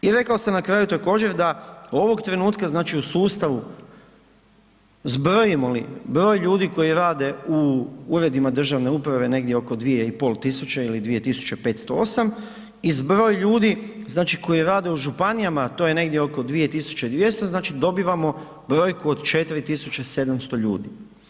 I rekao sam na kraju također da ovog trenutka u sustavu zbrojimo li broj ljudi koji rade u uredima državne uprave negdje oko 2500 ili 2508 i zbroj ljudi koji rade u županijama a to je negdje oko 2200, znači dobivamo brojku od 4700 ljudi.